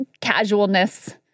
casualness